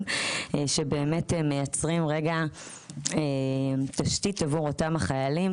שבאמת מייצרים תשתית עבור אותם החיילים